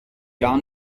gar